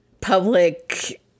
public